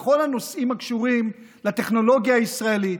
בכל הנושאים הקשורים לטכנולוגיה הישראלית,